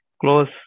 close